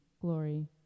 glory